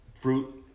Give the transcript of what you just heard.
fruit